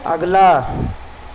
اگلا